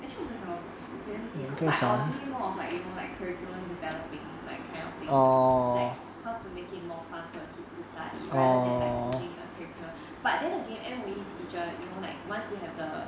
actual 我没想到 primary school okay let me see cause I I was thinking more of like you know like curriculum developing like kind of thing like how to make it more fun for the kids to study rather than like teaching a curriculum but then again M_O_E teacher you know like once you have the